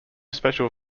special